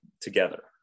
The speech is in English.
together